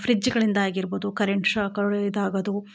ಫ್ರಿಜ್ಗಳಿಂದ ಆಗಿರಬೋದು ಕರೆಂಟ್ ಶಾಕ್ಗಳು ಇದಾಗೋದು